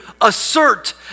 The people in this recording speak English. assert